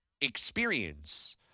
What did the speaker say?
experience